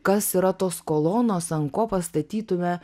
kas yra tos kolonos ant ko pastatytume